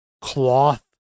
cloth